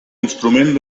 instrument